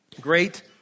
great